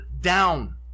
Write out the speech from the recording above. down